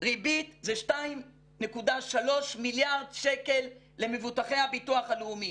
ריבית זה 2.3 מיליארד שקל למבוטחי הביטוח הלאומי,